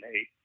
eight